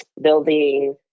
building